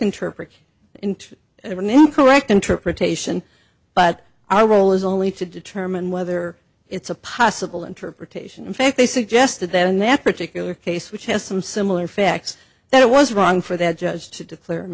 incorrect interpretation but our role is only to determine whether it's a possible interpretation in fact they suggested that in that particular case which has some similar facts that it was wrong for that judge to declare